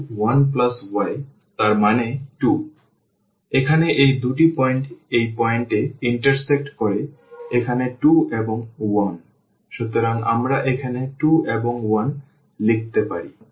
সুতরাং এখানে এই দুটি পয়েন্ট এই পয়েন্ট এ ইন্টারসেক্ট করে এখানে 2 এবং 1 সুতরাং আমরা এখানে 2 এবং 1 লিখতে পারি